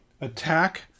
attack